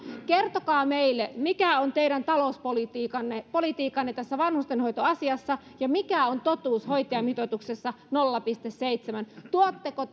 kertokaa meille mikä on teidän talouspolitiikkanne tässä vanhustenhoitoasiassa ja mikä on totuus hoitajamitoituksessa nolla pilkku seitsemän tuotteko